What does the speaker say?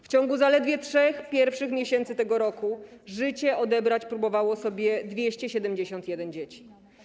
W ciągu zaledwie trzech pierwszych miesięcy tego roku życie odebrać sobie próbowało 271 dzieci.